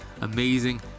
amazing